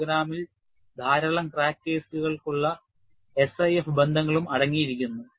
പ്രോഗ്രാമിൽ ധാരാളം ക്രാക്ക് കേസുകൾക്കുള്ള SIF ബന്ധങ്ങളും അടങ്ങിയിരിക്കുന്നു